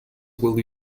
would